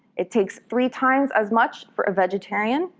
it takes three times as much for a vegetarian,